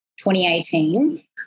2018